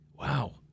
Wow